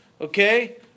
okay